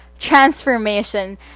transformation